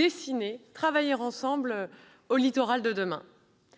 et travailler ensemble au littoral de demain.